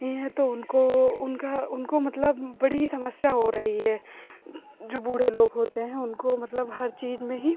ही हैं तो उनको उनका उनको मतलब बड़ी ही समस्या हो रही है जो बूढ़े लोग होते हैं उनको मतलब हर चीज में ही